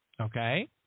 Okay